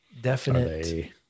definite